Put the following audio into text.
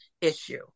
issue